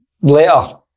later